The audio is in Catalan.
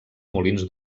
molins